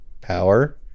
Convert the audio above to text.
power